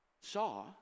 saw